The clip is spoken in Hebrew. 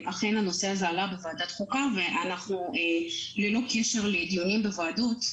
אכן הנושא עלה בוועדת חוקה ללא קשר לדיונים בוועדות,